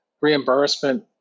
reimbursement